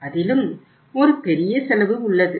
அதிலும் ஒரு பெரிய செலவு உள்ளது